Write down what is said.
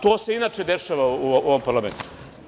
To se inače dešava u ovom parlamentu.